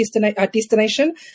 destination